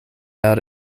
out